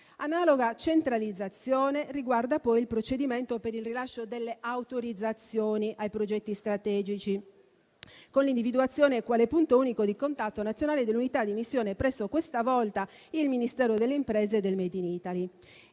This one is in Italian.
Analoga centralizzazione riguarda poi il procedimento per il rilascio delle autorizzazioni ai progetti strategici, con l'individuazione quale punto unico di contatto nazionale dell'unità di missione questa volta presso il Mimit.